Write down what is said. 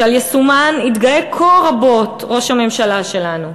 שעל יישומן התגאה כה רבות ראש הממשלה שלנו.